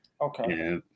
Okay